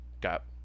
got